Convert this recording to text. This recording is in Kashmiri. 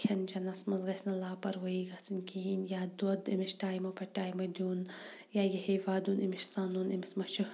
کھیٚن چیٚنَس مَنٛز گَژھِ نہٕ لاپَروٲہی گَژھٕنۍ کِہِیٖنۍ یا دۄد تٔمِس ٹایمہٕ پَتہٕ ٹایمہٕ دِیُن یا یہِ ہے وَدُن أمِس سَنُن أمِس مہَ چھُ